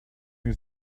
his